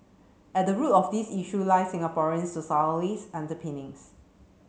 at the root of these issues lie Singaporeans's underpinnings